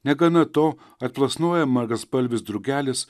negana to atplasnoja margaspalvis drugelis